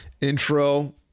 intro